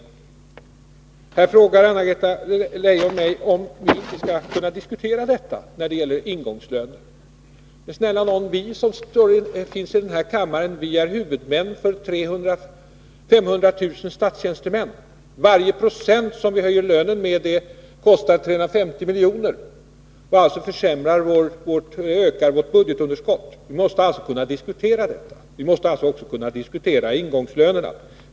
Anna-Greta Leijon frågade mig om vi kan diskutera ingångslönerna. Men snälla nån, vi som sitter i denna kammare är huvudmän för 500 000 statstjänstemän. Höjer vi lönerna med 1 96, kostar det 350 milj.kr. och ökar vårt budgetunderskott. Vi måste kunna diskutera detta, och vi måste också kunna diskutera ingångslönerna.